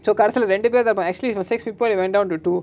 so council of integrated by athletes mistakes people they went down to do